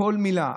כל מילה,